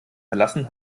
verlassen